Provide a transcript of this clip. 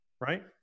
right